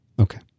Okay